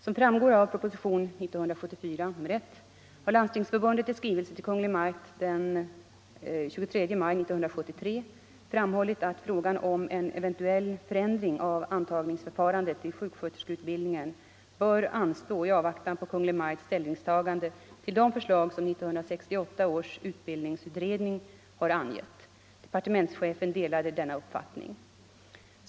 Som framgår av proposition 1974:1 har Landstingsförbundet i skrivelse till Kungl. Maj:t den 23 maj 1973 framhållit att frågan om en eventuell förändring av antagningsförfarandet till sjuksköterskeutbildningen bör anstå i avvaktan på Kungl. Maj:ts ställningstagande till de förslag som 1968 års utbildningsutredning har angett. Departementschefen delade denna uppfattning.